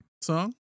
song